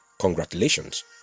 Congratulations